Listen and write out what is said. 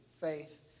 faith